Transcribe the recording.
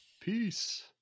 Peace